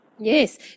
Yes